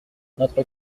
notre